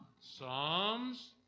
Psalms